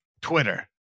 Twitter